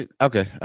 Okay